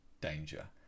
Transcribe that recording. danger